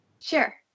Sure